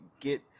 get –